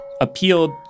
appealed